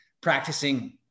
practicing